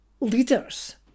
leaders